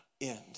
end